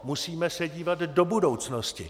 Musíme se dívat do budoucnosti.